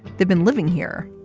they've been living here.